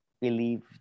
believe